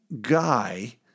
guy